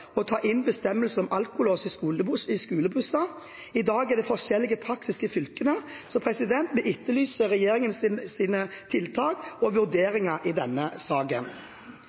å ta inn en bestemmelse om alkolås i skolebusser. I dag er det forskjellig praksis i fylkene. Vi etterlyser regjeringens tiltak og vurderinger i denne saken.